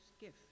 gift